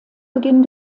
beginn